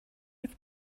with